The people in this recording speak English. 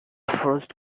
first